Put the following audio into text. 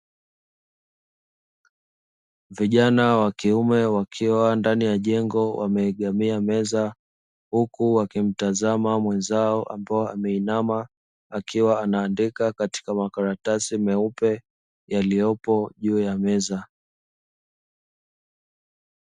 Vijana wa kiume wakiwa ndani ya jengo wameegamia meza, huku wakimtazama mwenzao ambapo ameinama akiwa anaandika katika makaratasi meupe yaliyopo juu ya meza.